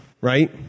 right